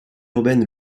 urbaine